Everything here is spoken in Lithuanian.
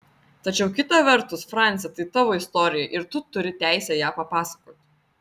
tačiau kita vertus franci tai tavo istorija ir tu turi teisę ją papasakoti